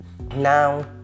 Now